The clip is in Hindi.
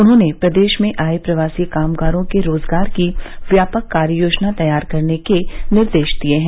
उन्होंने प्रदेश में आये प्रवासी कामगारों के रोजगार की व्यापक कार्ययोजना तैयार करने के निर्देश दिये हैं